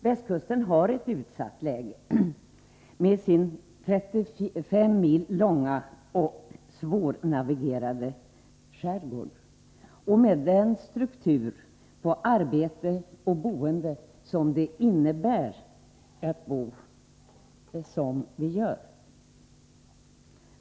Västkusten har ett utsatt läge med sin 35 mil långa och svårnavigerade skärgård och med den struktur i fråga om arbete och boende som området erbjuder befolkningen.